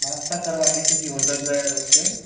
नाश्ता करवाएंगे किसी होटल पर रुक कर